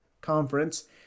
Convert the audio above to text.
conference